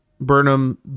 Burnham